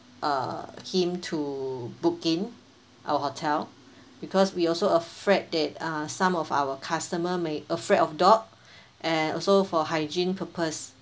uh him to book in our hotel because we also afraid that uh some of our customer may afraid of dog and also for hygiene purpose